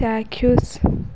ଚାକ୍ଷୁଷ